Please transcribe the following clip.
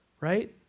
Right